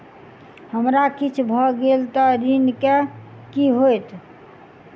हमरा किछ भऽ गेल तऽ ऋण केँ की होइत?